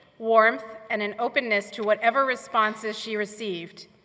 warmth, and an openness to whatever responses she received,